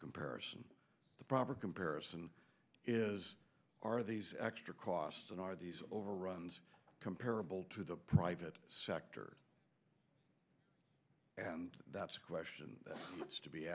comparison the proper comparison is are these extra costs and are these overruns comparable to the private sector and that's a question to be